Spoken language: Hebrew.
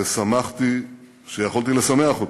ושמחתי שיכולתי לשמח אותו.